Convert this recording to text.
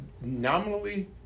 nominally